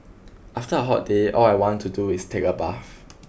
after a hot day all I want to do is take a bath